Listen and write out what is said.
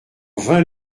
vingt